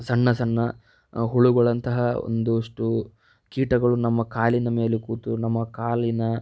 ಸಣ್ಣ ಸಣ್ಣ ಹುಳುಗಳಂತಹ ಒಂದಷ್ಟು ಕೀಟಗಳು ನಮ್ಮ ಕಾಲಿನ ಮೇಲೆ ಕೂತು ನಮ್ಮ ಕಾಲಿನ